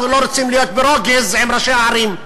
לא רוצים להיות ברוגז עם ראשי הערים.